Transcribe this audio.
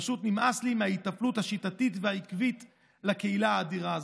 פשוט נמאס לי מההיטפלות השיטתית והעקבית לקהילה האדירה הזאת,